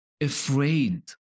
afraid